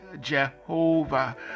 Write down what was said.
jehovah